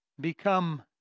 become